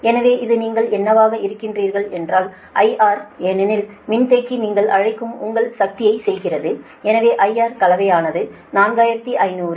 எனவே இது நீங்கள் என்னவாக இருக்கிறீர்கள் என்றால் IR ஏனெனில் மின்தேக்கி நீங்கள் அழைக்கும் உங்கள் சக்தியைச் செய்கிறது எனவே IR கலவையானது 4500 10